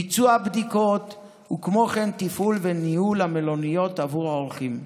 ביצוע בדיקות וכן תפעול וניהול של המלוניות עבור האורחים.